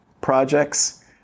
projects